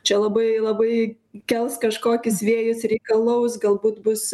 čia labai labai kels kažkokius vėjus reikalaus galbūt bus